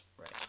Right